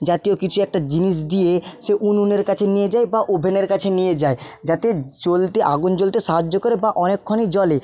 জাতীয় কিছু একটা জিনিস দিয়ে সে উনুনের কাছে নিয়ে যায় বা ওভেনের কাছে নিয়ে যায় যাতে জ্বলতে আগুন জ্বলতে সাহায্য করে বা অনেকক্ষণই জ্বলে